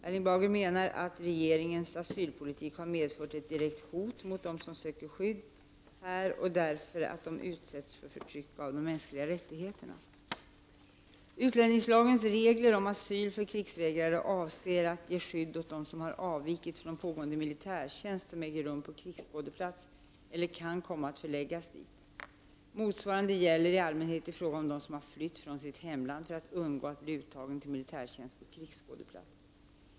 Erling Bager menar att regeringens asylpolitik har medfört ett direkt hot mot dem som söker skydd här, därför att de utsatts för förtryck av de mänskliga rättigheterna. Utlänningslagens regler om asyl för krigsvägrare avser att ge skydd åt den som har avviktit från pågående militärtjänst som äger rum på krigsskådeplats eller kan komma att förläggas dit. Motsvarande gäller i allmänhet i fråga om den som har flytt från sitt hemland för att undgå att bli uttagen till militärtjänstgöring på krigsskådeplats.